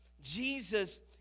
Jesus